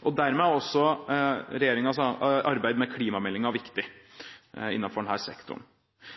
biogass. Dermed er regjeringens arbeid med klimameldingen viktig innenfor denne sektoren.